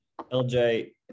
LJ